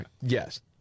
Yes